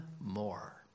more